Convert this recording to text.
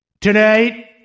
Tonight